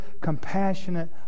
compassionate